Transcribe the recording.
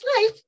life